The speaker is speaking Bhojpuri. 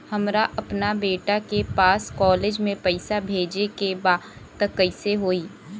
हमरा अपना बेटा के पास कॉलेज में पइसा बेजे के बा त कइसे होई?